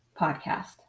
podcast